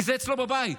זה אצלו בבית.